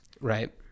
right